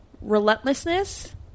relentlessness